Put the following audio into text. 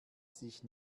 sich